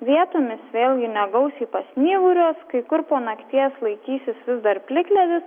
vietomis vėlgi negausiai pasnyguriuos kai kur po nakties laikysis vis dar plikledis